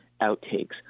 outtakes